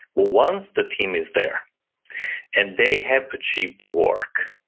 well once the team is there and they have achieved the work,